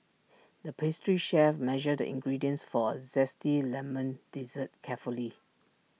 the pastry chef measured the ingredients for A Zesty Lemon Dessert carefully